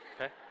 okay